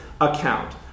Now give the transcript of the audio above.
account